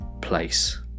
place